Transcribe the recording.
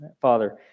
Father